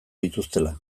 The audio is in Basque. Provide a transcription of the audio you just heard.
dituztela